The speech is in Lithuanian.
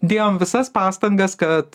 dėjom visas pastangas kad